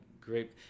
great